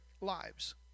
lives